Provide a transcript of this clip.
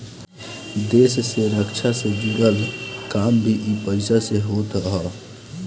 देस के रक्षा से जुड़ल काम भी इ पईसा से होत हअ